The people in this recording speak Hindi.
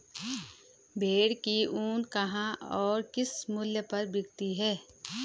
भेड़ की ऊन कहाँ और किस मूल्य पर बिकती है?